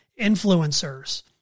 influencers